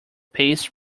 paste